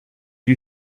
you